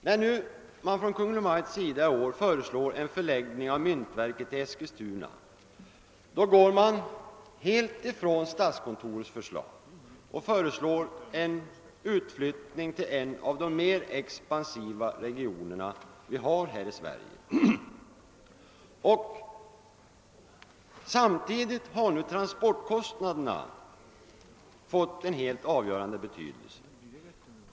När nu Kungl. Maj:t föreslår en förläggning av myntverket till Eskilstuna, en av de mer expansiva regionerna i Sverige, går man helt ifrån statskontorets förslag. Samtidigt har transportkostnaderna fått en helt avgörande betydelse.